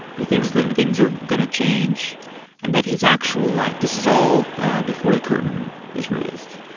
he thinks that things are going to change and that his actual life this is all before the curtain is raised.